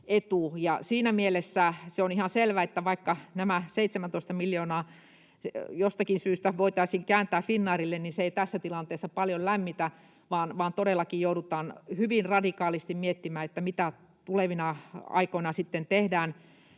Siinä mielessä on ihan selvää, että vaikka nämä 17 miljoonaa jostakin syystä voitaisiin kääntää Finnairille, niin se ei tässä tilanteessa paljon lämmitä, vaan todellakin joudutaan hyvin radikaalisti miettimään, mitä tulevina aikoina sitten tehdään